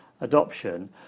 adoption